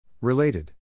Related